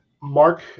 mark